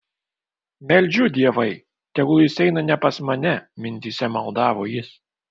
meldžiu dievai tegul jis eina ne pas mane mintyse maldavo jis